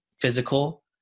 physical